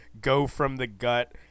go-from-the-gut